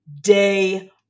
day